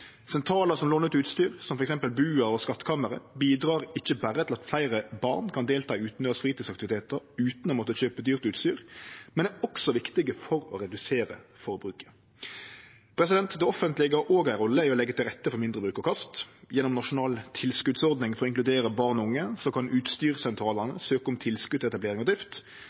Sentralar som låner ut utstyr, som f.eks. BUA og Skattkammeret, bidreg ikkje berre til at fleire barn kan delta i utandørs fritidsaktivitetar utan å måtte kjøpe dyrt utstyr, men er også viktige for å redusere forbruket. Det offentlege har òg ei rolle i å leggje til rette for mindre bruk og kast. Gjennom nasjonal tilskotsordning for å inkludere barn og unge kan utstyrssentralane søkje om tilskot til etablering av drift.